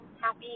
happy